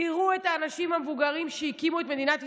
תראו את האנשים המבוגרים שהקימו את מדינת ישראל,